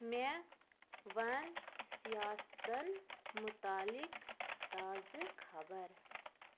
مےٚ وَن سِیاستَن مُتعلِق تازٕ خبر